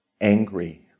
angry